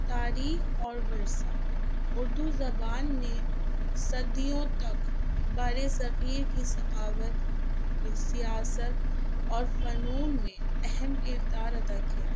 تاریخ اور ورثہ اردو زبان نے صدیوں تک برِ صغیر کی ثقافت سیاست اور فنون میں اہم کردار ادا کیا ہے